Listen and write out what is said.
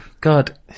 God